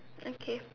okay